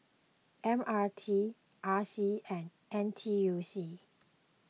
M R T R C and N T U C